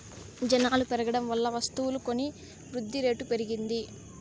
జనాలు పెరగడం వల్ల వస్తువులు కొని వృద్ధిరేటు పెరిగింది